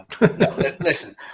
Listen